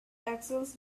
axles